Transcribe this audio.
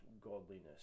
godliness